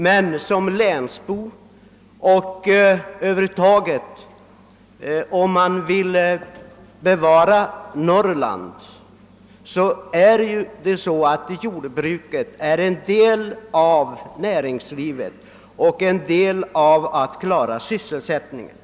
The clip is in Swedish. Men som invånare i Norrbottens län har jag den uppfattningen, att jordbruket som är en del av Norrlands näringsliv behövs för att vi skall kunna bevara Norrland och klara dess sysselsättningsproblem.